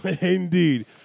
Indeed